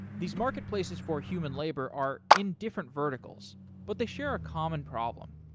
these marketplaces for human labor are in different verticals but they share a common problem,